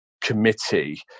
committee